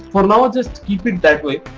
for now just keep it that way.